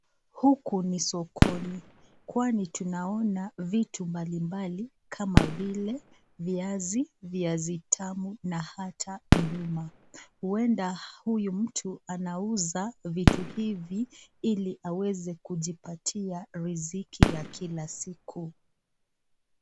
Huku ni sokoni, kwani tunaona vitu mbalimbali kama vile viazi, viazi tamu, na hata nduma. Huenda huyu mtu anauza vitu hivi ili aweze kujipatia riziki ya kila siku.